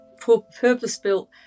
purpose-built